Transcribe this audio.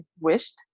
wished